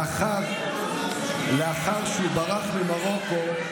לאחר שהוא ברח ממרוקו,